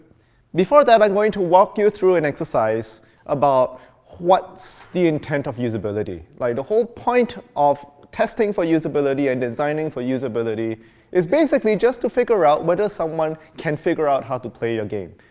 before that, i'm going to walk you through an exercise about what's the intent of usability. like the whole point of testing for usability and designing for usability is basically just to figure out whether someone can figure out how to play your game.